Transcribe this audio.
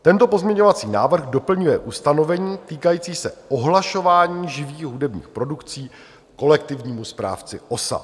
Tento pozměňovací návrh doplňuje ustanovení týkající se ohlašování živých hudebních produkcí kolektivnímu správci OSA.